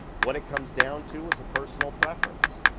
what it comes down to is a personal preference.